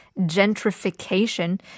gentrification